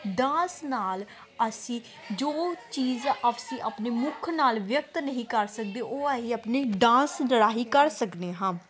dance ਨਾਲ ਅਸੀਂ ਜੋ ਚੀਜ਼ ਅਸੀਂ ਆਪਣੇ ਮੁੱਖ ਨਾਲ ਵਿਅਕਤ ਨਹੀਂ ਕਰ ਸਕਦੇ ਉਹ ਅਸੀਂ ਆਪਣੇ ਡਾਂਸ ਦੇ ਰਾਹੀਂ ਕਰ ਸਕਦੇ ਹਾਂ